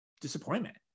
disappointment